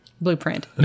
Blueprint